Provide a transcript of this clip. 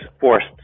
forced